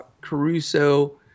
Caruso